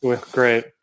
Great